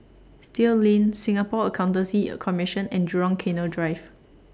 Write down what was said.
Still Lane Singapore Accountancy Commission and Jurong Canal Drive